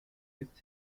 with